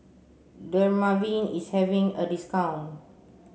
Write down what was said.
Dermaveen is having a discount